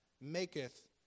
maketh